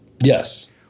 Yes